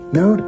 no